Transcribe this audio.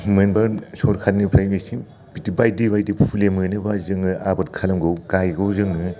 मोनबा सरकारनिफ्राय मेसिन बायदि बायदि फुलि मोनोबा जोङो आबाद खालामगौ गायगौ जोङो